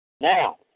Now